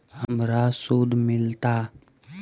हमरा शुद्ध मिलता?